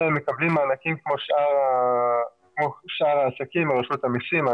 אלא הם מקבלים מענקים כמו שאר העסקים מרשות המסים,